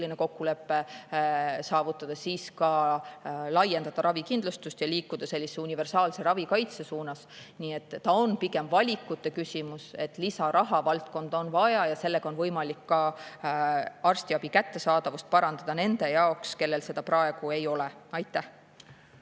poliitiline kokkulepe saavutada, siis ka laiendada ravikindlustust ja liikuda universaalse ravikaitse suunas. Nii et ta on pigem valikute küsimus. Lisaraha valdkonda on vaja ja sellega on võimalik ka arstiabi kättesaadavust parandada nende jaoks, kellel seda praegu ei ole. Urve